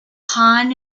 hahn